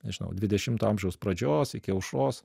nežinau dvidešimto amžiaus pradžios iki aušros